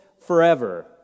forever